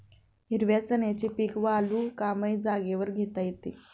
हिरव्या चण्याचे पीक वालुकामय जागेवर घेता येते